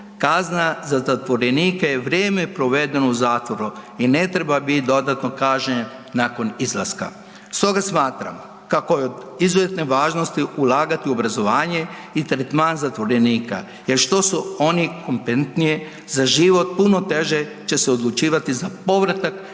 Kazna za zatvorenike je vrijeme provedeno u zatvoru i ne treba bit dodatno kažnjen nakon izlaska. Stoga smatram kako je od izuzetne važnosti ulagati u obrazovanje i tretman zatvorenika jer što su oni kompentnije za život puno teže će se odlučivati za povratak